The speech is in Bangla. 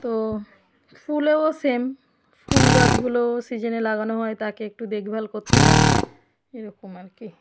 তো ফুলেও সেম ফুল গাছগুলোও সিজনে লাগানো হয় তাকে একটু দেখভাল করতে হয় এইরকম আর কি